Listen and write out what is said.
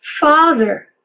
Father